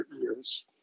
years